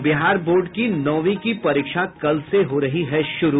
और बिहार बोर्ड की नौवीं की परीक्षा कल से हो रही है शुरू